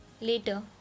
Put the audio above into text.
Later